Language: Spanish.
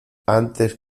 antes